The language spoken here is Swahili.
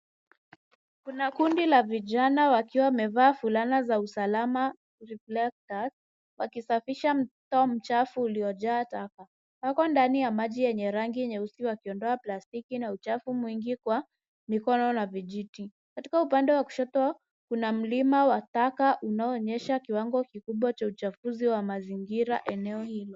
Kuna kundi la vijana wakiwa wamevaa fulana za usalama, reflectors , wakisafisha mto mchafu uliyojaa taka. Wako ndani ya maji yenye rangi nyeusi wakiondoa plastiki na uchafu mwingi kwa mikono na vijiti. Katika upande wa kushoto kuna mlima wa taka unaoonyesha kiwango kikubwa cha uchafuzi wa mazingira eneo hilo.